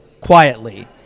quietly